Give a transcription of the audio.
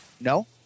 No